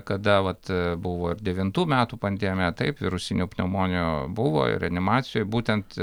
kada vat buvo ir devintų metų pandemija taip virusinių pneumonijų buvo ir reanimacijoj būtent